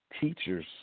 teachers